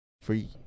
Free